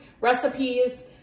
recipes